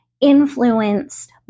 influenced